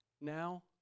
now